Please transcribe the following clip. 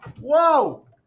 Whoa